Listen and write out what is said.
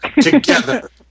together